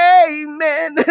amen